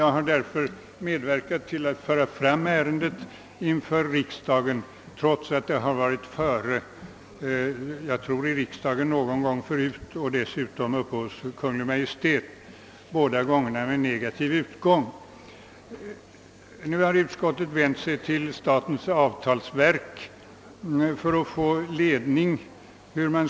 Jag har därför medverkat till att föra fram detta ärende för riksdagen, trots att riksdagen torde ha behandlat det någon gång tidigare. Dessutom har det varit uppe hos Kungl. Maj:t. Resultatet blev emellertid negativt. Utskottet har nu vänt sig till statens avtalsverk för att få ledning i frågan.